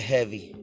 Heavy